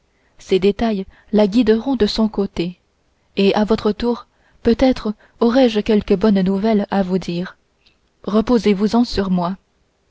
ces détails la guideront de son côté et à votre retour peut-être aurai-je quelque bonne nouvelle à vous dire reposez vous en sur moi